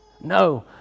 No